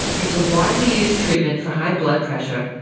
it's a widely used treatment for high blood pressure,